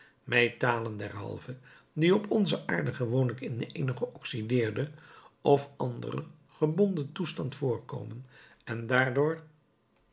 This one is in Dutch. metalen derhalve die op onze aarde gewoonlijk in eenen geoxydeerden of anderen gebonden toestand voorkomen en daardoor